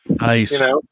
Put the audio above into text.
Nice